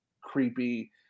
creepy